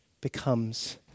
becomes